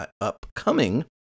upcoming